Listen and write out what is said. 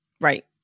Right